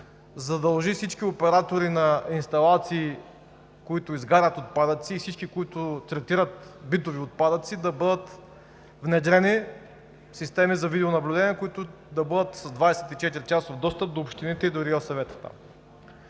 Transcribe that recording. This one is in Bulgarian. задължи всички оператори на инсталации, които изгарят отпадъци, и всички, които третират битови отпадъци, да бъдат внедрени системи за видеонаблюдение, които да бъдат с 24-часов достъп до общините и до РИОСВ.